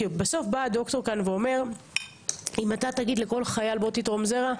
בסוף בא הדוקטור לכאן ואומר אם אתה תגיד לכל חייל בוא תתרום זרע,